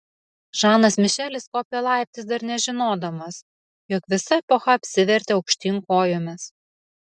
žanas mišelis kopė laiptais dar nežinodamas jog visa epocha apsivertė aukštyn kojomis